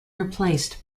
replaced